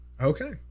Okay